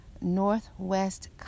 Northwest